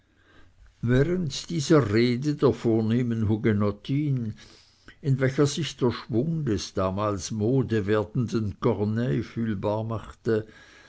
während dieser rede der vornehmen hugenottin in welcher sich der schwung des damals mode werdenden corneille fühlbar machte